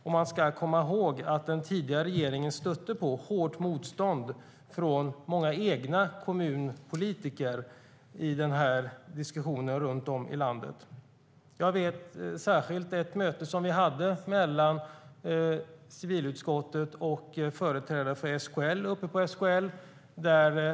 Vi ska komma ihåg att den tidigare regeringen stötte på hårt motstånd från många av sina egna kommunpolitiker runt om i landet när det gällde den här diskussionen. Jag minns särskilt ett möte som vi hade mellan civilutskottet och företrädare för SKL.